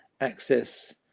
access